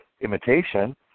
imitation